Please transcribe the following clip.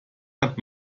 hat